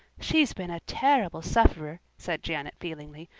she's been a terrible sufferer, said janet feelingly.